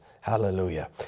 hallelujah